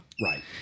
Right